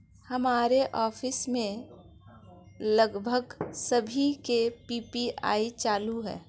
हमारे ऑफिस में लगभग सभी के पी.पी.आई चालू है